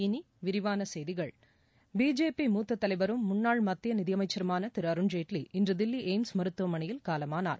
இனி விரிவான செய்திகள் பிஜேபி மூத்த தலைவரும் முன்னாள் மத்திய நிதியமைச்சருமான திரு அருண்ஜேட்வி இன்று தில்லி எய்ம்ஸ் மருத்துவமனையில் காலமானார்